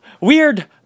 weird